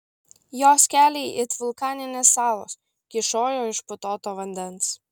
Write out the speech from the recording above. jos keliai it vulkaninės salos kyšojo iš putoto vandens